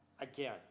Again